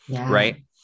Right